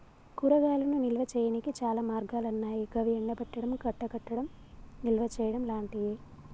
కూరగాయలను నిల్వ చేయనీకి చాలా మార్గాలన్నాయి గవి ఎండబెట్టడం, గడ్డకట్టడం, నిల్వచేయడం లాంటియి